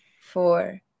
four